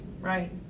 right